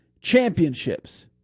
championships